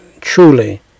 truly